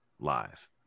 live